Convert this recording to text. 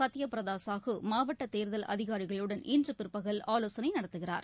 சத்யபிரதாசாகு மாவட்டதோ்தல் அதிகாரிகளுடன் இன்றுபிற்பகல் ஆலோசனைநடத்துகிறார்